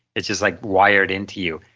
which is like wired into you,